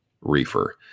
reefer